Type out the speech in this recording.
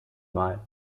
mal